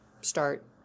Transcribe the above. start